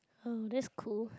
oh that's cool